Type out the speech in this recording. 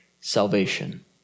salvation